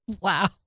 Wow